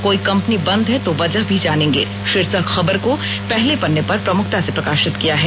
कोई कम्पनी बंद है तो वजह भी जानेंगे शीर्षक खबर को पहले पन्ने पर प्रमुखता से प्रकाशित किया है